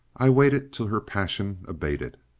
i waited till her passion abated.